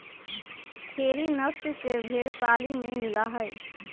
खेरी नस्ल के भेंड़ पाली में मिला हई